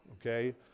okay